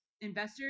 Investors